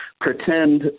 pretend